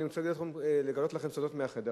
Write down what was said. אני רוצה לגלות לכם סודות מהחדר.